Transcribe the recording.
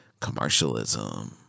commercialism